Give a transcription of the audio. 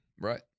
Right